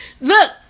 Look